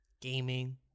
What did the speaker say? Gaming